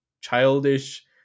childish